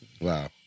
Wow